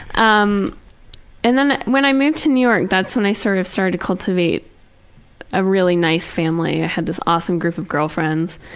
um and then when i moved to new york, that's when i sort of started to cultivate a really nice family. i had this awesome group of girlfriends.